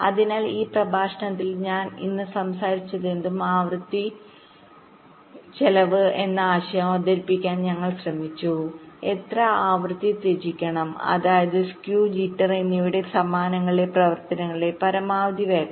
അതിനാൽ ഈ പ്രഭാഷണത്തിൽ ഞാൻ ഇന്ന് സംസാരിച്ചതെന്തും ആവൃത്തി ചെലവ്എന്ന ആശയം അവതരിപ്പിക്കാൻ ഞങ്ങൾ ശ്രമിച്ചു എത്ര ആവൃത്തി ത്യജിക്കണം അതായത് സ്ക്യൂ ജിറ്റർ എന്നിവയുടെ സമ്മാനങ്ങളിലെ പ്രവർത്തനങ്ങളുടെ പരമാവധി വേഗത